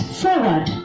forward